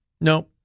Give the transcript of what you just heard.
No